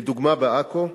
לדוגמה, בעכו,